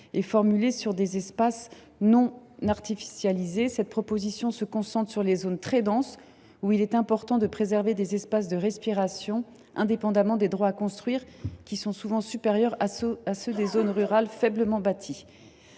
est formulée sur des espaces non artificialisés. Cette proposition se concentre sur les zones très denses où il est important de préserver des espaces de respiration, indépendamment des droits à construire qui sont souvent supérieurs à ceux des zones rurales faiblement bâties.